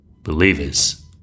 believers